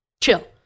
chill